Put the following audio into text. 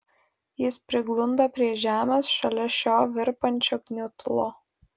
jis priglunda prie žemės šalia šio virpančio gniutulo